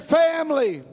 family